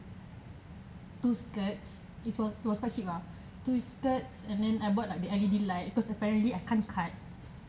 two skirts it was it was quite cheap ah two skirts and then I bought like the L_E_D light because apparently I can't cut